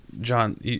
John